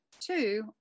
two